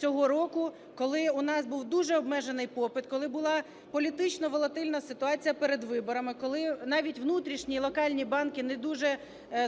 цього року, коли у нас був дуже обмежений попит, коли була політично волатильна ситуація перед виборами, коли навіть внутрішні локальні банки не дуже